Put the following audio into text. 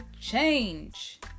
change